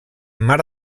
mar